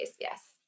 yes